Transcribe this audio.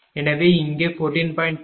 எனவே இங்கே 14